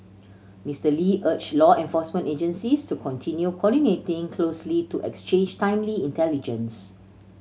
Mister Lee urged law enforcement agencies to continue coordinating closely to exchange timely intelligence